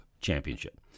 championship